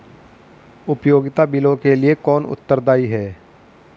उपयोगिता बिलों के लिए कौन उत्तरदायी है?